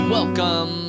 Welcome